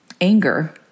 anger